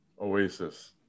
Oasis